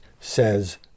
says